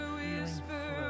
whisper